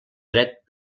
dret